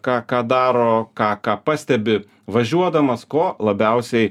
ką ką daro ką ką pastebi važiuodamas ko labiausiai